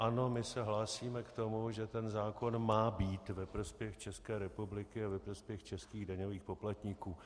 Ano, my se hlásíme k tomu, že ten zákon má být ve prospěch České republiky a ve prospěch českých daňových poplatníků.